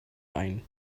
wine